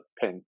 pin